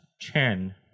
Chen